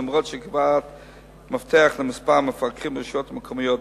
אף-על-פי שהיא כבר קובעת מפתח למספר המפקחים ברשויות המקומיות.